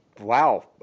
Wow